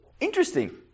Interesting